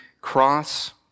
cross